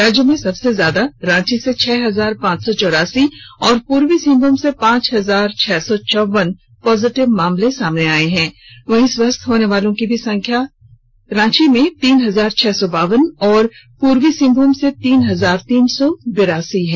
राज्य में सबसे ज्यादा रांची से छह हजार पांच सौ चौरासी और पूर्वी सिंहमूम से पांच हजार छह सौ चौवन पॉजिटिव मामले सामने आए हैं वहीं स्वस्थ होनेवालों की भी सबसे ज्यादा संख्या रांची में तीन हजार छह सौ बावन और पूर्वी सिंहभूम से तीन हजार तीन सौ बिरासी है